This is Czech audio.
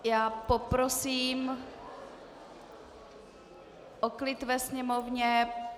Já poprosím o klid ve Sněmovně...